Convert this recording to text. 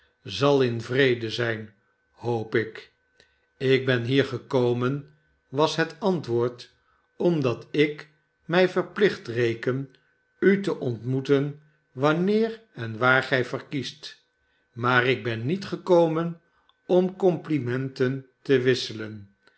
zal in vrede zijn hoop ik ik ben hier gekomen was het antwoord omdat ik mij verplicht reken u te ontmoeten wanneer en waar gij verkiest maar ik ben met gekomen om complimenten te wisselen